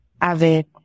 avid